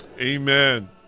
amen